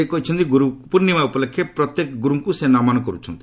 ସେ କହିଛନ୍ତି ଗୁରୁପର୍ଶିମା ଉପଲକ୍ଷେ ପ୍ରତ୍ୟେକ ଗୁରୁଙ୍କୁ ସେ ନମନ କରୁଛନ୍ତି